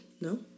No